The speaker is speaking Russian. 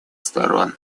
сторон